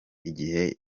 igihe